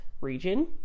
region